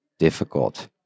difficult